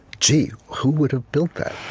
gee, who would have built that?